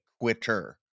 quitter